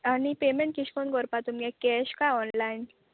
आनी पेमेंट किश कोन करपा तुमगे कॅश काय ऑनलायन